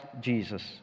Jesus